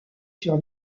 sur